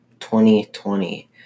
2020